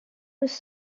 was